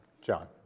John